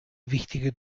wichtige